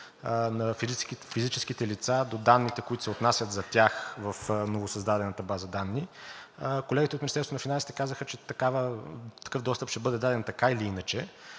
на физическите лица до данните, които се отнасят за тях в новосъздадената база данни. Колегите от Министерството на финансите казаха, че такъв достъп ще бъде даден така или иначе,